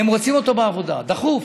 רוצים אותו בעבודה, דחוף.